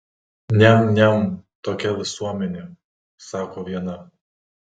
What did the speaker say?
niam niam tokia visuomenė sako viena